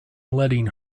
letting